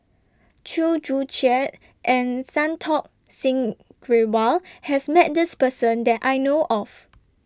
Chew Joo Chiat and Santokh Singh Grewal has Met This Person that I know of